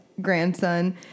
Grandson